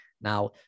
Now